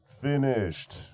finished